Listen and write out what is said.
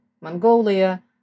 Mongolia